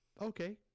Okay